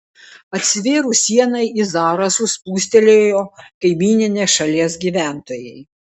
atsivėrus sienai į zarasus plūstelėjo kaimyninės šalies gyventojai